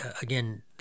again